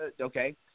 okay